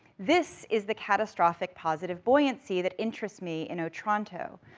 this is the catastrophic positive buoyancy that interests me in otranto,